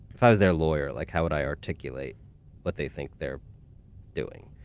if i was their lawyer, like how would i articulate what they think they're doing?